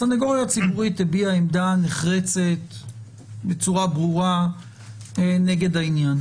הסנגוריה הציבורית הביעה עמדה נחרצת בצורה ברורה נגד העניין,